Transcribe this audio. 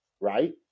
right